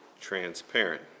transparent